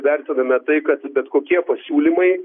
vertiname tai kad bet kokie pasiūlymai